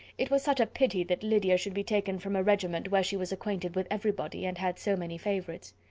it was such a pity that lydia should be taken from a regiment where she was acquainted with everybody, and had so many favourites.